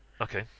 Okay